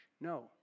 no